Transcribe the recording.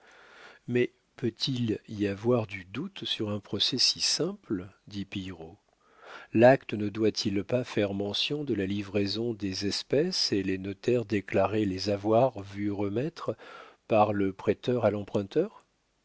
mais peut-il y avoir du doute sur un procès si simple dit pillerault l'acte ne doit-il pas faire mention de la livraison des espèces et les notaires déclarer les avoir vu remettre par le prêteur à